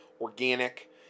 organic